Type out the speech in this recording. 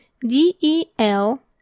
D-E-L